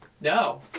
No